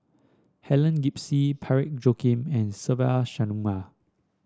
Helen Gilbey Parsick Joaquim and Se Ve Shanmugam